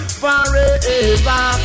forever